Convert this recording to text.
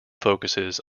focuses